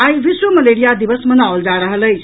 आइ विश्व मलेरिया दिवस मनाओल जा रहल अछि